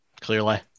Clearly